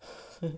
呵